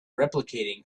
replicating